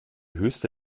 höchste